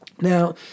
Now